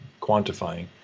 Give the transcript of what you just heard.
quantifying